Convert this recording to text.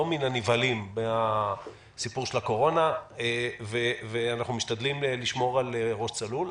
מהנבהלים מהסיפור של הקורונה ואנחנו משתדלים לשמור על ראש צלול,